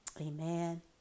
Amen